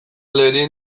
lerin